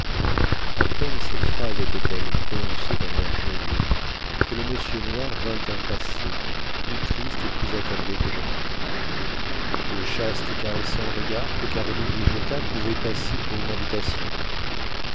a peine cette phrase était-elle prononcée d'un air joyeux que le monsieur noir vint à passer plus triste et plus accablé que jamais le chaste et caressant regard que caroline lui jeta pouvait passer pour une invitation